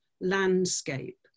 landscape